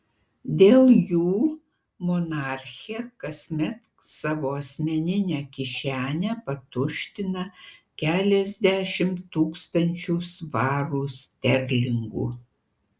dėl jų monarchė kasmet savo asmeninę kišenę patuština keliasdešimt tūkstančių svarų sterlingų